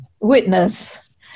witness